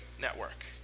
network